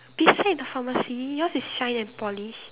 beside the pharmacy yours is shine and polish